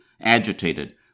agitated